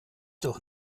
doch